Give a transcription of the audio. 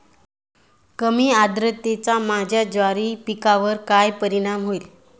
कमी आर्द्रतेचा माझ्या ज्वारी पिकावर कसा परिणाम होईल?